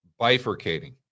bifurcating